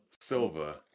Silva